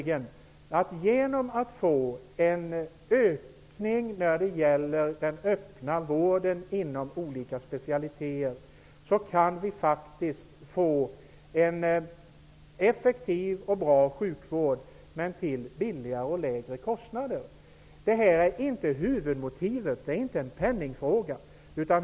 Genom att få en ökning av den öppna vården inom olika specialiteter kan vi faktiskt få en effektiv och bra sjukvård till lägre kostnader. Detta är inte huvudmotivet. Det är inte en penningfråga.